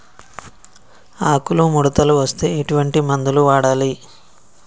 ఆకులు ముడతలు వస్తే ఎటువంటి మందులు వాడాలి?